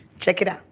check it out.